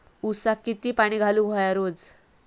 ऊसाक किती पाणी घालूक व्हया रोज?